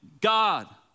God